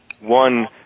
one